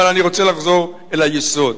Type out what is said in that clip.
אבל אני רוצה לחזור אל היסוד.